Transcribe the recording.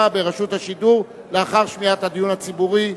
ברשות השידור לאחר שמיעת הדיון הציבורי.